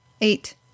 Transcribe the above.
eight